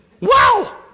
wow